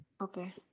okay